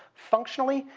functionally,